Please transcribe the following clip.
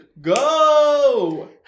go